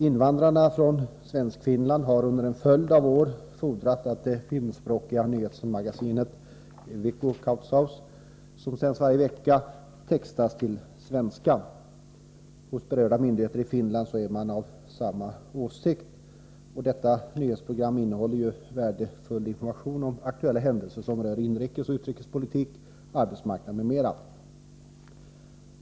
Invandrarna från Svenskfinland har under en följd av år fordrat att det finskspråkiga nyhetsmagasinet Viikkokatsaus, som sänds varje vecka, textas till svenska. Hos berörda myndigheter i Finland är man av samma åsikt. Detta nyhetsprogram innehåller värdefull information om aktuella händelser som rör inrikesoch utrikespolitik, arbetsmarknad m.m.